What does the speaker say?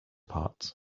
parts